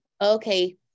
Okay